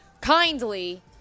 kindly